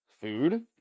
food